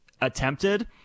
attempted